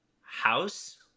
House